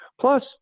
Plus